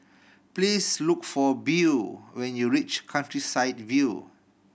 please look for Beau when you reach Countryside View